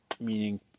meaning